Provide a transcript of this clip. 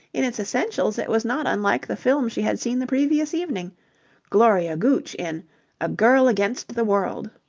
in its essentials it was not unlike the film she had seen the previous evening gloria gooch in a girl against the world.